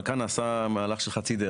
מן הסתם בן אדם אחד לא עושה את כל הדברים